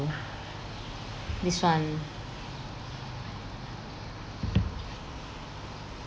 this [one]